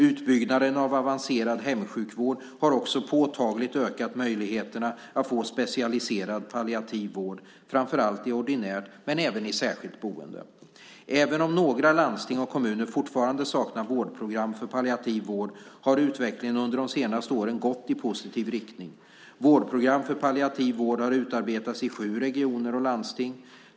Utbyggnaden av avancerad hemsjukvård har också påtagligt ökat möjligheterna att få specialiserad palliativ vård, framför allt i ordinärt men även i särskilt boende. Även om några landsting och kommuner fortfarande saknar vårdprogram för palliativ vård, har utvecklingen under de senaste åren gått i positiv riktning. Vårdprogram för palliativ vård har utarbetats i sju regioner och landsting.